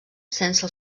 sense